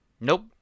Nope